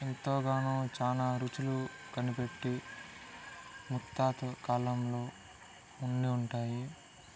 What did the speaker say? ఎంతోగాను చానా రుచులు కనిపెట్టి ముత్తాతల కాలంలో ఉండి ఉంటాయి